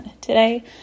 today